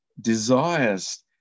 desires